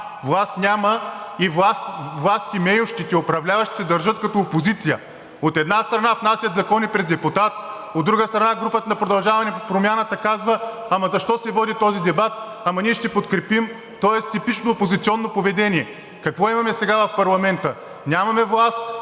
Власт няма и властимеещите, управляващите, се държат като опозиция – от една страна, внасят закони през депутат, от друга страна, групата на „Продължаваме Промяната“ казва: ама защо се води този дебат, ама ние ще подкрепим – тоест типично опозиционно поведение. Какво имаме сега в парламента? Нямаме власт,